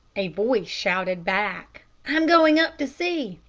a voice shouted back, i'm going up to see.